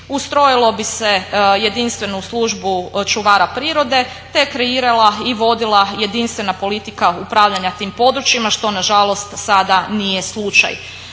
ustrojilo bi se jedinstvenu službu čuvara prirode te kreirala i vodila jedinstvena politika upravljanja tim područjima što nažalost sada nije slučaj.